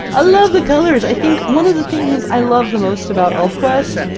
i love the colors! i think one of the things i love the most about elfquest,